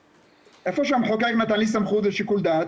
איפה שהמחוקק נתן לי סמכות ושיקול דעת,